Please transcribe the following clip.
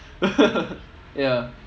ya